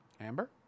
Amber